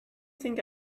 think